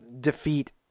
defeat